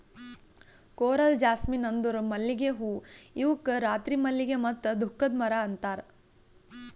coral jasmine ಅಂದುರ್ ಮಲ್ಲಿಗೆ ಹೂವು ಇವುಕ್ ರಾತ್ರಿ ಮಲ್ಲಿಗೆ ಮತ್ತ ದುಃಖದ ಮರ ಅಂತಾರ್